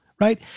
right